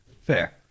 Fair